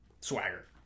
swagger